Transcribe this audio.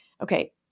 Okay